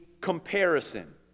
comparison